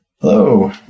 Hello